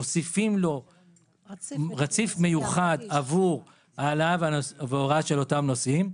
מוסיפים לו רציף מיוחד עבור העלאה והורדה של אותם נוסעים.